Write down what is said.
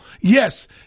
Yes